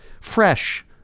fresh